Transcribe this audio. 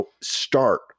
start